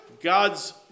God's